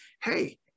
Hey